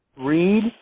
read